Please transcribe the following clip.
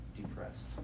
Depressed